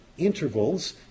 intervals